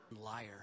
Liar